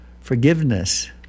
forgiveness